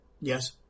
Yes